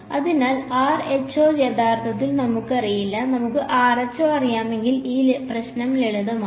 അതിനാൽ rho യഥാർത്ഥത്തിൽ നമുക്കറിയില്ല നമുക്ക് rho അറിയാമെങ്കിൽ ഈ പ്രശ്നം ലളിതമാണ്